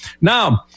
Now